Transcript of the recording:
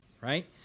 Right